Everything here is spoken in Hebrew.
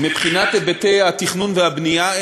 מבחינת היבטי התכנון והבנייה,